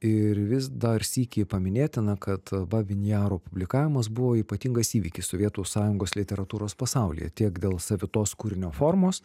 ir vis dar sykį paminėtina kad babyn jaro publikavimas buvo ypatingas įvykis sovietų sąjungos literatūros pasauly tiek dėl savitos kūrinio formos